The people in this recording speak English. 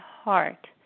heart